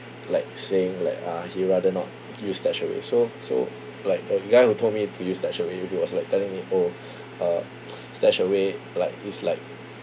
like saying like ah he rather not use S so so like the guy who told me to use StashAway he was like telling me oh uh S like is like